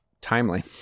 timely